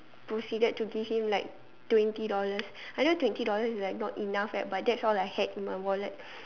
proceeded to give him like twenty dollars I know twenty dollars is like not enough right but that's all I had in my wallet